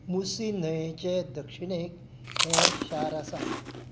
मुसी न्हंयेचे दक्षिणेक हें शार आसा